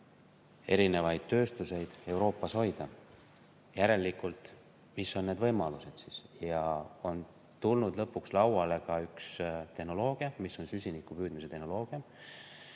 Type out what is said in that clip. neid tööstuseid Euroopas hoida. Järelikult, mis on need võimalused? Lõpuks on tulnud lauale ka üks tehnoloogia, süsinikupüüdmise tehnoloogia,